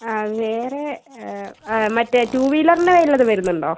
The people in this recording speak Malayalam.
ആ വേറെ മറ്റേ ടൂ വീലറിൻ്റെ വല്ലതും വരുന്നുണ്ടോ